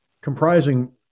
comprising